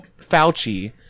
Fauci